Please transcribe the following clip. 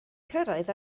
cyrraedd